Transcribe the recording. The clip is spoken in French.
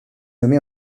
nommée